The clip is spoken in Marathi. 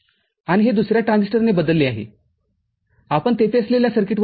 आणि हे दुसर्या ट्रान्झिस्टरने बदलले आहे आपण तिथे असलेल्या सर्किटवर जाऊ